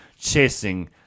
chasing